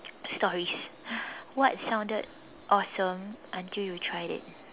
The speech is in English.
stories what sounded awesome until you tried it